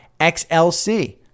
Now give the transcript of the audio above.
XLC